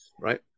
right